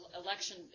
election